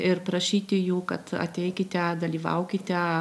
ir prašyti jų kad ateikite dalyvaukite